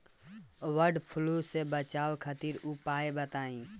वड फ्लू से बचाव खातिर उपाय बताई?